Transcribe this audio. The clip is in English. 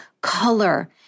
color